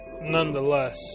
nonetheless